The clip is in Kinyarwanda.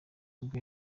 ubwo